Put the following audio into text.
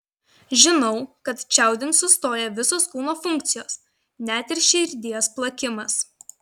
žinau kad čiaudint sustoja visos kūno funkcijos net ir širdies plakimas